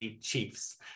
Chiefs